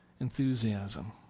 enthusiasm